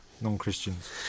non-Christians